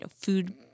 food